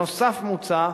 נוסף על כך,